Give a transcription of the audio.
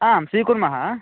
आम् स्वीकुर्मः